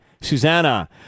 Susanna